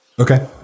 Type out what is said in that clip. Okay